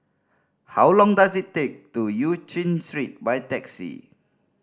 how long does it take to Eu Chin Street by taxi